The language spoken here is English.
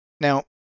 Now